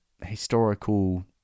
historical